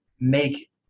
make